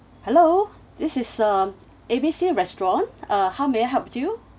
hello this is uh A B C restaurant uh how may I help you